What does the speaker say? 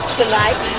tonight